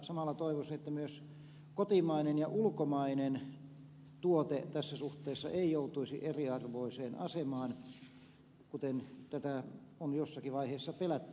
samalla toivoisin että myöskään kotimainen ja ulkomainen tuote tässä suhteessa eivät joutuisi eriarvoiseen asemaan kuten on jossakin vaiheessa pelätty